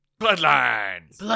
Bloodlines